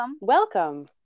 welcome